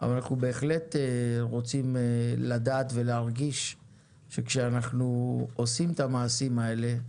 אבל אנחנו בהחלט רוצים לדעת ולהרגיש שכשאנחנו עושים את המעשים האלה,